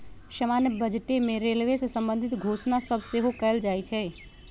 समान्य बजटे में रेलवे से संबंधित घोषणा सभ सेहो कएल जाइ छइ